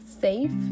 safe